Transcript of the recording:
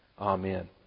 Amen